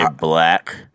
black